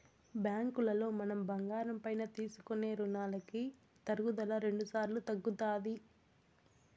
బ్యాంకులో మనం బంగారం పైన తీసుకునే రునాలకి తరుగుదల రెండుసార్లు తగ్గుతాది